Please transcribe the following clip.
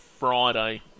Friday